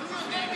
אבל הוא יותר מכם.